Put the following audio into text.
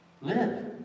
Live